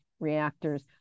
reactors